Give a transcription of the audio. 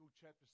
chapter